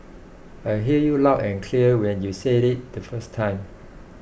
I heard you loud and clear when you said it the first time